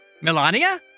Melania